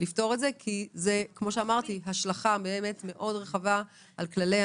לפתור את זה כי כמו שאמרתי זאת השלכה מאוד רחבה על כללי